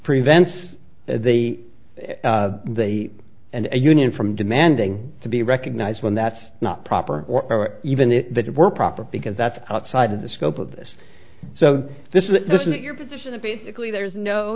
prevents the they and union from demanding to be recognized when that's not proper or even if that were proper because that's outside of the scope of this so this is this is your position basically there's no